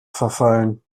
verfallen